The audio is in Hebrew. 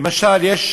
למשל יש,